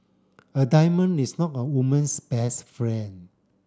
a diamond is not a woman's best friend